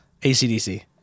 ACDC